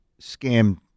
scammed